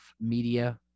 Media